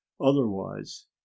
otherwise